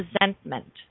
resentment